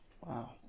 Wow